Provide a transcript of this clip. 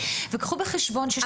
קחו בחשבון שגם קטינים מגיעים למשחקים.